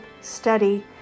study